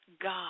God